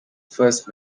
first